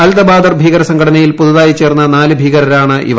അൽദബാദർ ഭീകര സംഘടനയിൽ പുതുതായി ചേർന്ന നാലു ഭീകരരാണ് ഇവർ